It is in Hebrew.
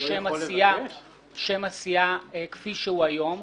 שם הסיעה כפי שהוא היום.